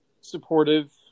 supportive